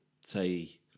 say